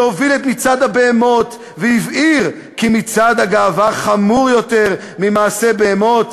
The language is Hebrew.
שהוביל את מצעד הבהמות והבהיר כי מצעד הגאווה חמור יותר ממעשה בהמות,